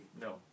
No